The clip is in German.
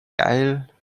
geil